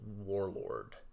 warlord